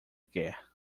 quer